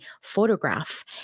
photograph